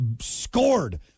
scored